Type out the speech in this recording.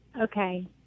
Okay